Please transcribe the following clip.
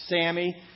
Sammy